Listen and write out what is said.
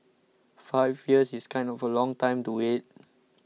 five years is kind of a long time to wait